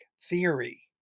theory